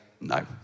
no